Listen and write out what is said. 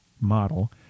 model